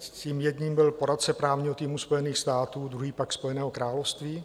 Tím jedním byl poradce právního týmu Spojených států, druhý pak Spojeného království.